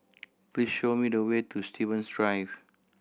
please show me the way to Stevens Drive